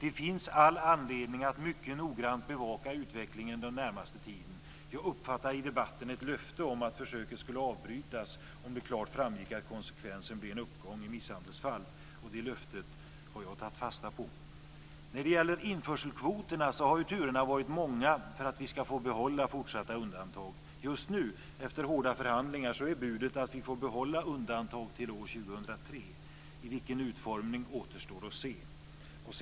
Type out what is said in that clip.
Det finns all anledning att mycket noggrant bevaka utvecklingen den närmaste tiden. Jag uppfattade i debatten ett löfte om att försöket skulle avbrytas om det klart framgick att konsekvensen blev en uppgång i misshandelsfall. Det löftet har jag tagit fasta på. När det gäller införselkvoterna har turerna varit många för att vi ska få behålla fortsatta undantag. Just nu, efter hårda förhandlingar, är budet att vi får behålla undantag till år 2003. I vilken utformning återstår att se.